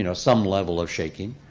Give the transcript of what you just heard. you know some level of shaking?